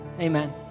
Amen